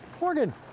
Morgan